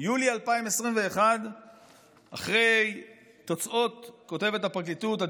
מיולי 2021. כותבת הפרקליטות: